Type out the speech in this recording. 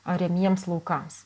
ariamiems laukams